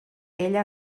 ella